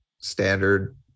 standard